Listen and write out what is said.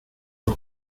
los